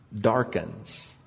darkens